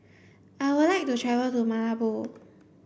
I would like to travel to Malabo